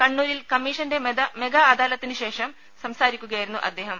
കണ്ണൂരിൽ കമ്മീഷന്റെ മെഗാ അദാലത്തിന് ശേഷം സംസാരിക്കുകയായിരുന്നു അദ്ദേഹം